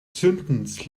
zündens